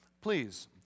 Please